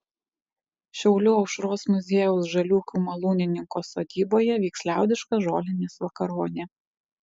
šiaulių aušros muziejaus žaliūkių malūnininko sodyboje vyks liaudiška žolinės vakaronė